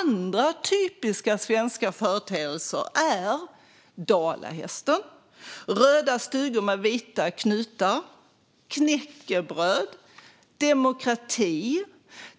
Andra typiska svenska företeelser är dalahästen, röda stugor med vita knutar, knäckebröd, demokrati,